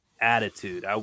attitude